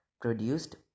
produced